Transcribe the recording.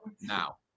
now